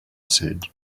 said